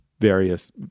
Various